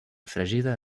fregida